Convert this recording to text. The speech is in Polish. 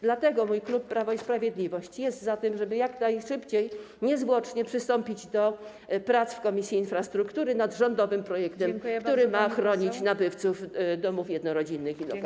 Dlatego mój klub, klub Prawo i Sprawiedliwość, jest za tym, żeby jak najszybciej, niezwłocznie przystąpić do prac w Komisji Infrastruktury nad rządowym projektem, który ma chronić nabywców domów jednorodzinnych i lokali.